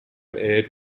aired